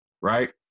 right